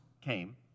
came